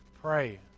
pray